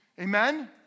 Amen